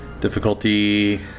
difficulty